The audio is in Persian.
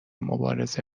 مبارزه